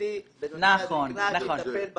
חברתי בנושא הזקנה שיטפל בשטח.